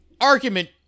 argument